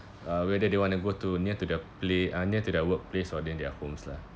uh whether they want to go to near to the pla~ uh near to their workplace or then their homes lah